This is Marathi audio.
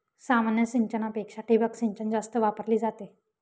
सामान्य सिंचनापेक्षा ठिबक सिंचन जास्त वापरली जाते